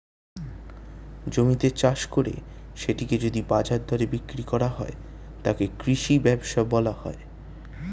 জমিতে চাষ করে সেটিকে যদি বাজার দরে বিক্রি করা হয়, তাকে কৃষি ব্যবসা বলা হয়